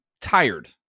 tired